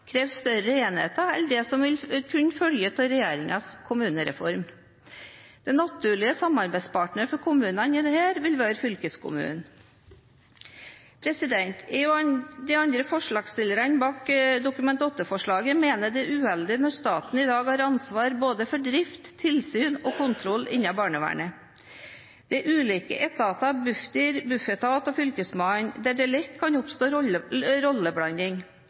krever større enheter enn det som vil kunne følge av regjeringens kommunereform. Den naturlige samarbeidspartner for kommunene i dette tilfellet vil være fylkeskommunene. Jeg og de andre forslagsstillerne bak Dokument 8-forslaget mener det er uheldig når staten i dag har ansvar for både drift, tilsyn og kontroll innen barnevernet. Det er ulike etater, Bufdir, Bufetat og Fylkesmannen, der det lett kan oppstå rolleblanding.